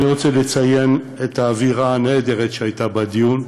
אני רוצה לציין את האווירה הנהדרת שהייתה בדיון,